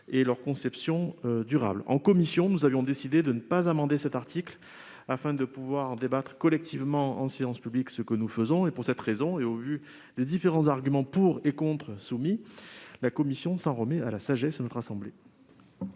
et leur conception durable. En commission, nous avions décidé de ne pas amender cet article, afin de pouvoir en débattre collectivement en séance publique. Pour cette raison, et au regard des différents arguments pour et contre, la commission s'en remet à la sagesse de notre assemblée.